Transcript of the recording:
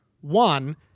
one